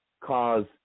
cause